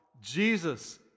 Jesus